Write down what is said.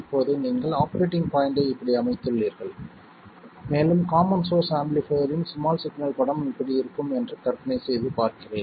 இப்போது நீங்கள் ஆபரேட்டிங் பாய்ண்ட்டை இப்படி அமைத்துள்ளீர்கள் மேலும் காமன் சோர்ஸ் ஆம்பிளிஃபைர்ரின் ஸ்மால் சிக்னல் படம் இப்படி இருக்கும் என்று கற்பனை செய்து பார்க்கிறேன்